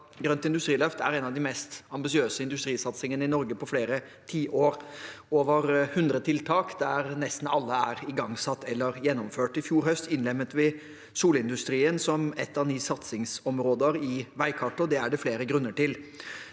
Grønt industriløft er en av de mest ambisiøse industrisatsingene i Norge på flere tiår – over hundre tiltak, der nesten alle er igangsatt eller gjennomført. I fjor høst innlemmet vi solindustrien som et av ni innsatsområder i veikartet, og det er det flere grunner til.